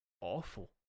awful